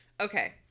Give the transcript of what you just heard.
Okay